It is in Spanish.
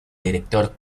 director